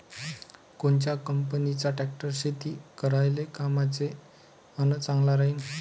कोनच्या कंपनीचा ट्रॅक्टर शेती करायले कामाचे अन चांगला राहीनं?